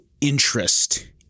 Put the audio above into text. interest